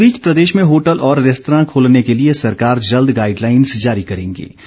इस बीच प्रदेश में होटल और रैस्तरां खोलने के लिए सरकार जल्द गाईडलाइन्स जारी करेगीं